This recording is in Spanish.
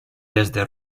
desde